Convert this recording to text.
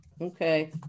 Okay